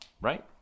right